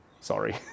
Sorry